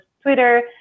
Twitter